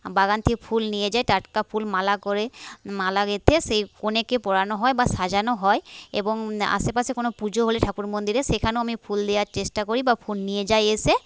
বাগান থেকে ফুল নিয়ে যায় টাটকা ফুল মালা করে মালা গেঁথে সেই কনেকে পরানো হয় বা সাজানো হয় এবং আশেপাশে কোনো পুজো হলে ঠাকুর মন্দিরে সেখানেও আমি ফুল দেওয়ার চেষ্টা করি বা ফুল নিয়ে যায় এসে